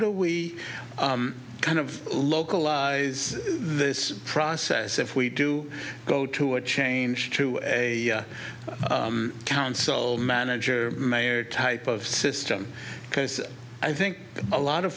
do we kind of localize this process if we do go to a change to a council manager mayor type of system because i think a lot of